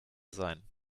sein